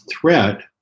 threat